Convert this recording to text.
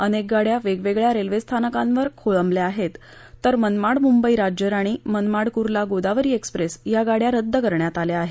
अनेक गाड्या वेगवेगळया स्थानकांवर खोळंबल्या तर मनमाड मुंबई राज्यराणी मनमाड कुर्ला गोदावरी एक्सप्रेस या गाडया रद्द करण्यात आल्या आहेत